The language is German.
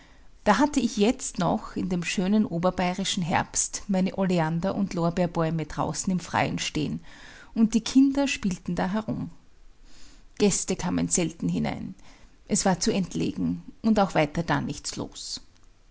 da hatte ich jetzt noch in dem schönen oberbayrischen herbst meine oleander und lorbeerbäume draußen im freien stehen und die kinder spielten da herum gäste kamen selten hinein es war zu entlegen und auch weiter da nichts los